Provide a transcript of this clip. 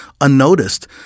unnoticed